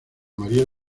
maría